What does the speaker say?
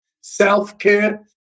self-care